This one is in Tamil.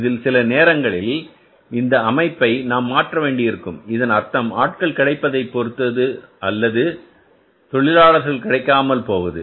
இதில் சில நேரங்களில் இந்த அமைப்பை நாம் மாற்ற வேண்டியிருக்கும் இதன் அர்த்தம் ஆட்கள் கிடைப்பதை பொருத்து அல்லது தொழிலாளர்கள் கிடைக்காமல் போவது